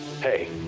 Hey